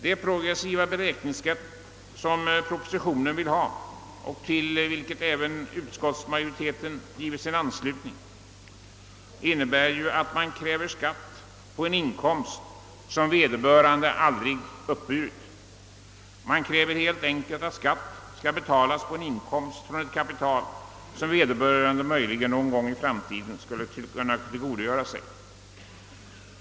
Det progressiva beräkningssätt, som propositionen syftar till och som även utskottsmajoriteten anslutit sig till, innebär att man kräver skatt på en inkomst som vederbörande aldrig uppburit. Man kräver helt enkelt att skatt skall betalas på inkomst av kapital som vederbörande möjligen någon gång i framtiden skulle kunna tillgodogöra sig.